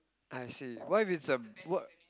I see what if it's a what